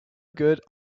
good